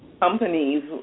companies